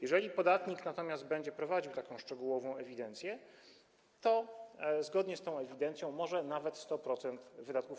Jeżeli podatnik natomiast będzie prowadził taką szczegółową ewidencję, to zgodnie z tą ewidencją może odliczyć nawet 100% wydatków.